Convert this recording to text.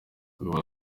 kagabo